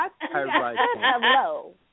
Hello